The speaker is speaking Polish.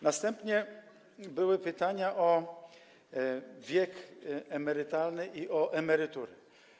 Następnie były pytania o wiek emerytalny i o emerytury.